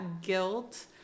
guilt